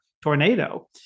tornado